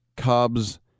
Cubs